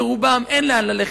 לרובם אין לאן ללכת,